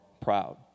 proud